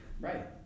right